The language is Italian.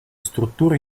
strutture